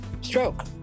stroke